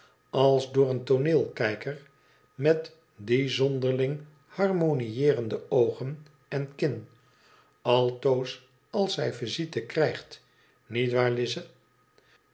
als door een tooneelkijker met die zonderling harmonieerende oogen en kin i altoos als zij visite krijgt niet waar lize